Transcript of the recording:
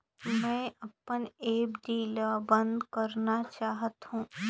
मैं अपन एफ.डी ल बंद करा चाहत हों